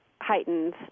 heightened